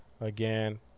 again